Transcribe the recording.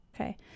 okay